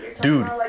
Dude